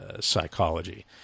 psychology